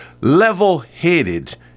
level-headed